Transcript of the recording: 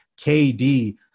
KD